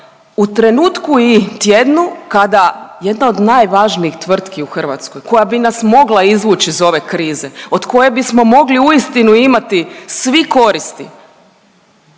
u trenutku i tjednu kada jedna od najvažnijih tvrtki u Hrvatskoj, koja bi nas mogla izvuć iz ove krize, od koje bismo mogli uistinu imati svi koristi,